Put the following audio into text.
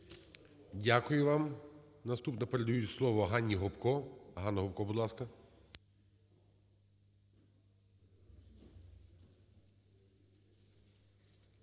Дякую вам. Наступне передаю слово Ганні Гопко. Ганна Гопко, будь ласка.